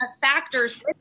factors